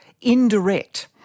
indirect